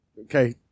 okay